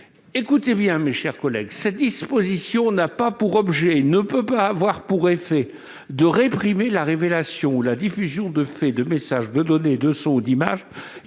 vous proposons d'insérer :« Cette disposition n'a pas pour objet et ne peut avoir pour effet de réprimer la révélation ou la diffusion de faits, de messages, de données, de sons ou d'images